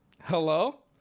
Hello